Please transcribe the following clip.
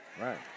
Right